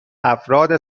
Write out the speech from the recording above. افراد